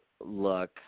look